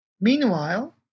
Meanwhile